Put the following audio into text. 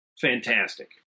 Fantastic